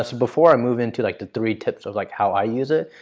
ah before i move into like the three tips of like how i use it,